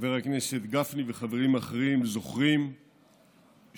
חבר הכנסת גפני וחברים אחרים זוכרים שאנחנו